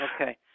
Okay